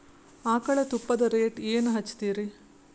ಆಕಳ ತುಪ್ಪದ ರೇಟ್ ಏನ ಹಚ್ಚತೀರಿ?